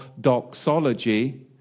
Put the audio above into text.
doxology